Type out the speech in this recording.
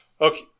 Okay